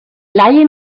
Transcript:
leihe